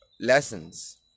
lessons